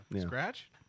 Scratch